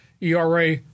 ERA